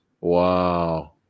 Wow